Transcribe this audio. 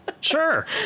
Sure